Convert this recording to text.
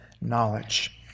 knowledge